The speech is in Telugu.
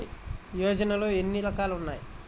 యోజనలో ఏన్ని రకాలు ఉన్నాయి?